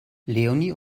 leonie